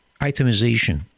itemization